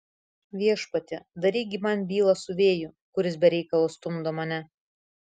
viešpatie daryk gi man bylą su vėju kuris be reikalo stumdo mane